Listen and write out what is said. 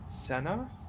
Senna